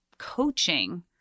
coaching